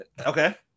Okay